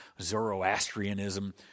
Zoroastrianism